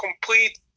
complete